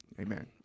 Amen